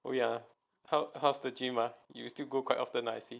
oh ya how is the gym ah you still go quite often ah I see